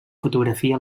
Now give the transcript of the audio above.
fotografia